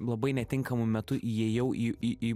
labai netinkamu metu įėjau į į į